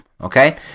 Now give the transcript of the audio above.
Okay